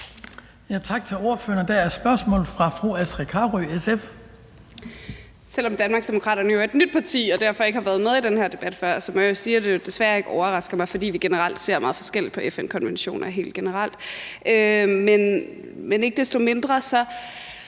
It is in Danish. Selv om Danmarksdemokraterne er et nyt parti og derfor ikke har været med i den her debat før, må jeg sige, at det desværre ikke overrasker mig, fordi vi generelt ser meget forskelligt på FN's konventioner helt generelt. Ikke desto mindre kunne